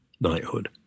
knighthood